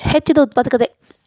ಹೆಚ್ಚಿದ ಉತ್ಪಾದಕತೆ